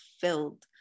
filled